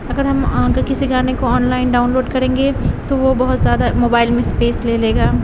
اگر ہم كسی گانے كو آن لائن ڈاؤنلوڈ كریں گے تو وہ بہت زیادہ موبائل میں اسپیس لے لے گا